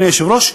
אדוני היושב-ראש,